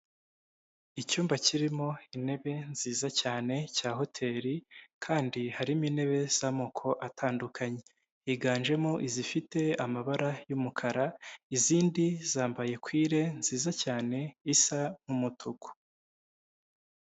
Icyumba kirimo intebe nziza cyane cya hoteri kandi harimo intebe z'amoko atandukanye. Higanjemo izifite amabara y'umukara, izindi zambaye kwire nziza cyane isa umutuku.